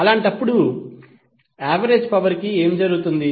అలాంటప్పుడు average power కి ఏమి జరుగుతుంది